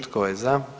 Tko je za?